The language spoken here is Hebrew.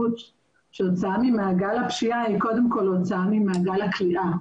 הוצאה ממעגל הפשיעה היא קודם כל הוצאה ממעגל הכליאה.